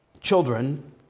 Children